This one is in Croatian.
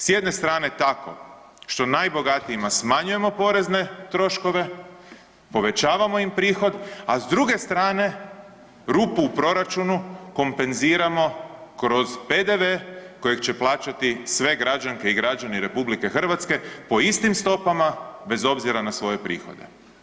S jedne strane tako što najbogatijima smanjujemo porezne troškove, povećavamo im prihod, a s druge strane, rupu u proračunu kompenziramo kroz PDV kojeg će plaćati sve građanke i građani RH po istim stopama bez obzira na svoje prihode.